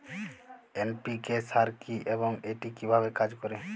NPK সার কি এবং এটি কিভাবে কাজ করে?